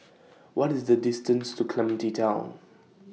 What IS The distance to Clementi Town